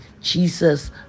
jesus